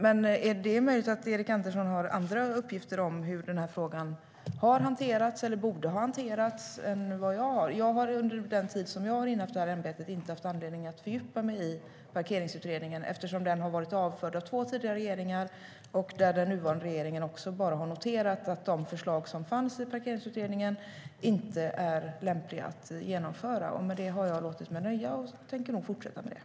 Det är möjligt att Erik Andersson har andra uppgifter om hur frågan har hanterats eller borde ha hanterats än vad jag har. Under den tid som jag har innehaft det här ämbetet har jag inte haft anledning att fördjupa mig i Parkeringsutredningen eftersom den har varit avförd av två tidigare regeringar. Den nuvarande regeringen har bara noterat att de förslag som fanns i Parkeringsutredningen inte är lämpliga att genomföra. Med det har jag låtit mig nöja, och jag tänker nog fortsätta med det.